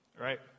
right